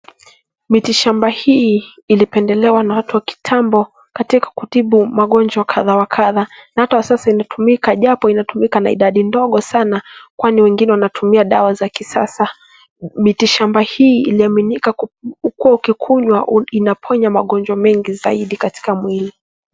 Miti shamba hii ilipendelewa na watu wa kitambo katika kutibu magonjwa kadhaa wa kadhaa na hata sasa inatumika japo inatumika na idadi ndogo sana kwani wengine wanatumia dawa za kisasa. Miti shamba hii iliaminika kuwa ukikunywa inaponya magonjwa mengi zaidi katika mwili.